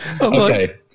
Okay